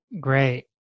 great